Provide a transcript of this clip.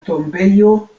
tombejo